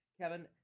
Kevin